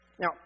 Now